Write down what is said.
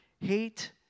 Hate